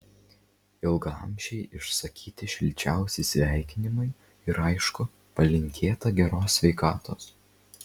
ilgaamžei išsakyti šilčiausi sveikinimai ir aišku palinkėta geros sveikatos